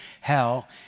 Hell